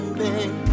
baby